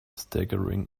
staggering